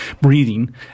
breathing